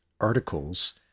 articles